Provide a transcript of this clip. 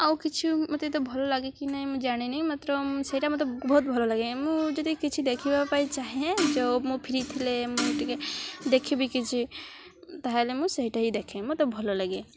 ଆଉ କିଛି ମୋତେ ଏତେ ଭଲ ଲାଗେ କି ନାଇଁ ମୁଁ ଜାଣିନି ମାତ୍ର ସେଇଟା ମୋତେ ବହୁତ ଭଲ ଲାଗେ ମୁଁ ଯଦି କିଛି ଦେଖିବା ପାଇଁ ଚାହେଁ ଯେଉଁ ମୁଁ ଫ୍ରି ଥିଲେ ମୁଁ ଟିକେ ଦେଖିବି କିଛି ତାହେଲେ ମୁଁ ସେଇଟା ହିଁ ଦେଖେ ମୋତେ ଭଲ ଲାଗେ